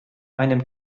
einem